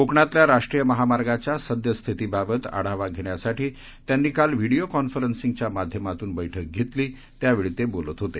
कोकणातल्या राष्ट्रीय महामार्गाच्या सद्यस्थितीबाबत आढावा घेण्यासाठी त्यांनी काल व्हीडीओ कॉन्फरन्सिंगच्या माध्यमातून बैठक घेतली त्यावेळी ते बोलत होते